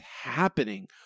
happening